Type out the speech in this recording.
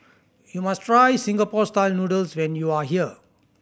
you must try Singapore Style Noodles when you are here